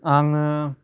आङो